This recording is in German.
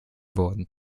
wurden